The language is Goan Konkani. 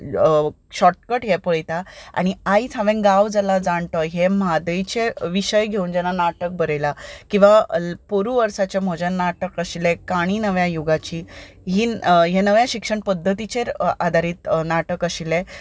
शोर्टकट हें पळयतां आनी आयज हांवें गांव जाला जाणटो हें म्हादयचें विशय घेवन जेन्ना नाटक बरयलां किंवां पोरू वर्साचें म्हजें नाटक आशिल्लें काणी नव्या युगाची हीं हें नव्या शिक्षण पद्दतीचेर आदारीत नाटक आशिल्लें